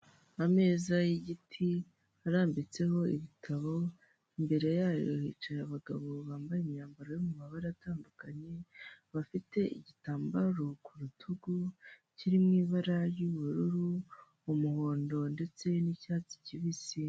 Ameza y'igiti arambitseho ibitabo, imbere yayo hicara abagabo bambaye imyambaro yo mu mabara atandukanye bafite igitambaro ku rutugu kiri mu ibara ry'ubururu, umuhondo ndetse n'icyatsi kibisi.